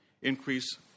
increase